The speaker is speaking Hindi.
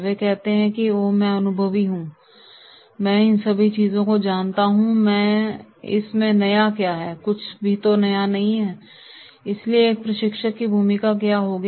तो वे कहते हैं ओह मैं अनुभवी हूं मैं इन सभी चीजों को जानता हूं इस में नया क्या है कुछ भी तो नया नहीं है इसलिए एक प्रशिक्षक की भूमिका क्या होगी